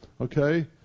okay